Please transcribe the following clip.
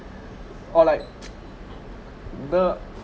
or like the